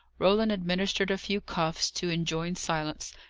roland administered a few cuffs, to enjoin silence,